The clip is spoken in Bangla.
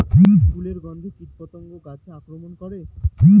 ফুলের গণ্ধে কীটপতঙ্গ গাছে আক্রমণ করে?